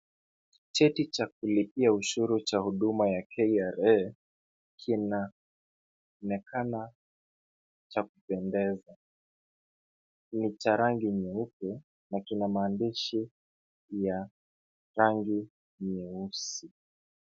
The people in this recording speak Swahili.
Cheti cha kulipia ushuru cha huduma ya KRA kinaonekana cha kupendeza. Ni cha rangi nyeupe na kina maandishi ya rangi nyeusi.